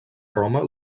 roma